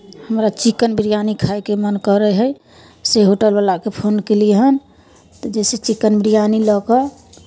हमरा चिकेन बिरियानी खायके मन करै हइ से होटलवला के फोन केलियै हन जे से चिकेन बिरियानी लऽ कऽ